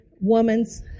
woman's